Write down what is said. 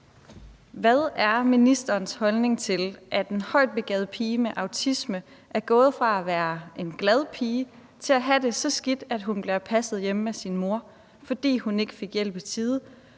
Hvad er ministerens holdning til, at en højtbegavet pige med autisme er gået fra at være en glad pige til at have det så skidt, at hun bliver passet hjemme af sin mor, fordi hun ikke fik hjælp i tide,